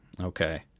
Okay